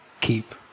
keep